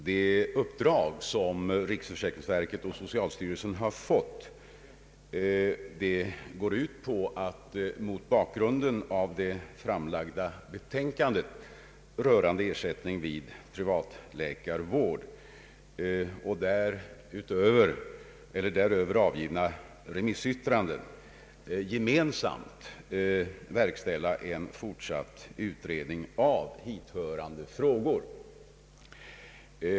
Det uppdrag som riksförsäkringsverket och socialstyrelsen har fått går ut på att mot bakgrunden av det framlagda betänkandet rörande ersättning vid privatläkarvård och däröver avgivna remissyttranden gemensamt verkställa en fortsatt utredning av hithörande frågor.